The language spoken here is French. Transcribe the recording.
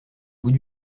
bout